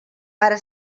pare